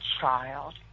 child